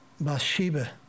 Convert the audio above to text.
Bathsheba